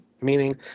Meaning